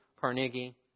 Carnegie